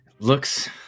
looks